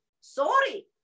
Sorry